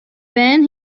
bern